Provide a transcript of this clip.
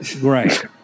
Right